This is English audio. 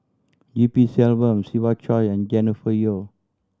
E P Selvam Siva Choy and Jennifer Yeo